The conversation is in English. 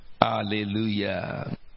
Hallelujah